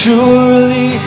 Surely